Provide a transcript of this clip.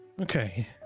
Okay